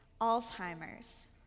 Alzheimer's